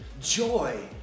Joy